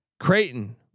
Creighton